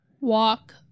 walk